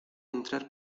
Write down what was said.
entrar